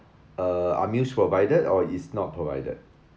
uh are meals provided or is not provided